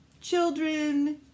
children